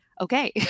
Okay